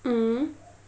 mm